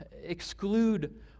exclude